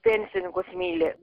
pensininkus myli